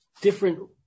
different